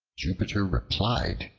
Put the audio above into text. jupiter replied,